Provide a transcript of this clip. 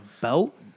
belt